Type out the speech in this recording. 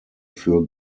für